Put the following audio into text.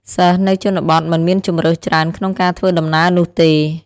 សិស្សនៅជនបទមិនមានជម្រើសច្រើនក្នុងការធ្វើដំណើរនោះទេ។